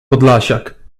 podlasiak